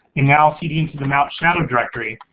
and now seeding into the mount shadow directory,